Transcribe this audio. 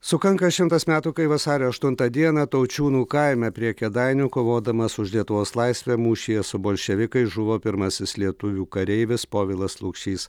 sukanka šimtas metų kai vasario aštuntą dieną taučiūnų kaime prie kėdainių kovodamas už lietuvos laisvę mūšyje su bolševikais žuvo pirmasis lietuvių kareivis povilas lukšys